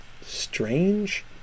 Strange